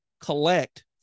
collect